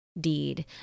deed